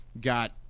got